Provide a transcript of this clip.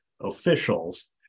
officials